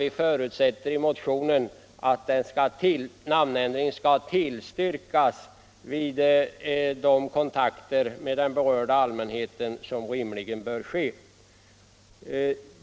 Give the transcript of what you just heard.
Vi förutsätter i motionen att namnändring skall tillstyrka vid de kontakter med den berörda allmänheten som rimligen bör tas.